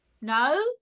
no